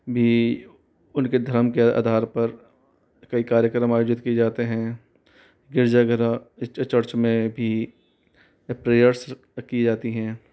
भी उनके धर्म के आधार पर कई कार्यक्रम आयोजित किए जाते है गिरजाघर चर्च में भी प्रेयर्स की जाती हैं